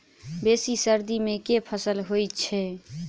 बेसी सर्दी मे केँ फसल होइ छै?